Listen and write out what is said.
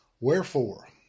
Wherefore